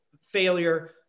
failure